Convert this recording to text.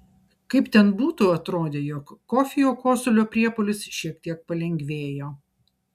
kaip ten būtų atrodė jog kofio kosulio priepuolis šiek tiek palengvėjo